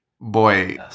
Boy